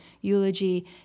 eulogy